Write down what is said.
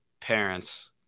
parents